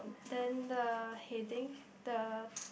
then the heading the